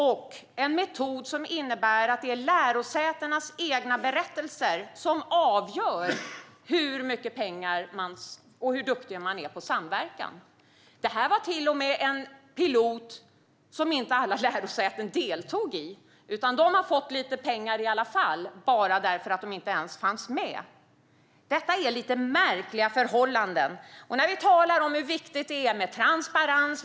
Det är en metod som innebär att det är lärosätenas egna berättelser som avgör hur mycket pengar de får och hur duktiga de är på samverkan. Det var till och med en pilot som inte alla lärosäten deltog i. De har fått lite pengar i alla fall bara därför att de inte ens fanns med. Det är lite märkliga förhållanden. Vi talar om hur viktigt det är med transparens.